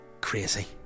crazy